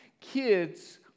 Kids